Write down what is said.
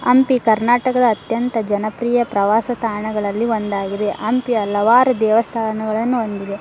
ಹಂಪಿ ಕರ್ನಾಟಕದ ಅತ್ಯಂತ ಜನಪ್ರಿಯ ಪ್ರವಾಸ ತಾಣಗಳಲ್ಲಿ ಒಂದಾಗಿದೆ ಹಂಪಿ ಹಲವಾರು ದೇವಸ್ಥಾನಗಳನ್ನು ಹೊಂದಿದೆ